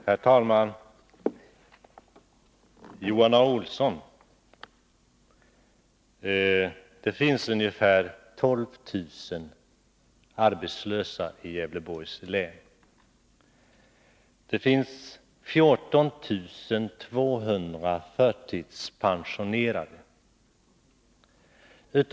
Herr talman! Det finns, Johan Olsson, ungefär 12000 arbetslösa i Gävleborgs län. Det finns 14 200 förtidspensionerade.